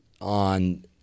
on